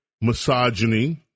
misogyny